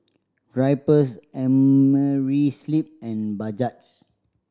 Drypers Amerisleep and Bajaj